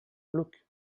look